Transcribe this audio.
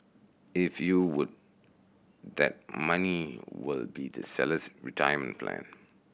if you would that money will be the seller's retirement plan